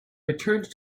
returned